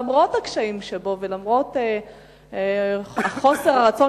למרות הקשיים שבו ולמרות חוסר הרצון